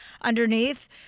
underneath